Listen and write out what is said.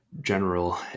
general